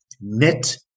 net